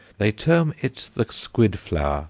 they term it the squid flower,